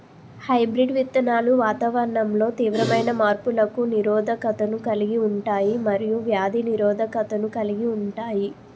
hybrid విత్తనాలు వాతావరణంలో తీవ్రమైన మార్పులకు నిరోధకతను కలిగి ఉంటాయి మరియు వ్యాధి నిరోధకతను కలిగి ఉంటాయి